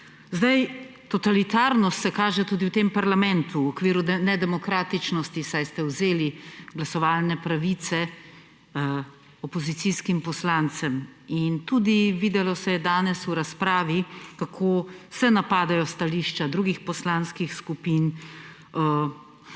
Totalitarnost se kaže tudi v tem parlamentu v okviru nedemokratičnosti, saj ste vzeli glasovalne pravice opozicijskim poslancem. Tudi videlo se je danes v razpravi, kako se napadajo stališča drugih poslanskih skupin,